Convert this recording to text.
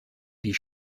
die